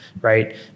right